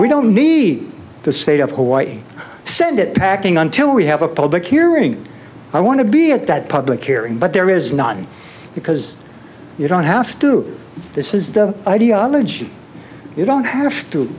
we don't need the state of hawaii send it packing until we have a public hearing i want to be at that public hearing but there is not because you don't have to this is the ideology you don't have to